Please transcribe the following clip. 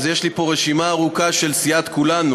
אז יש לי פה רשימה ארוכה של סיעת כולנו,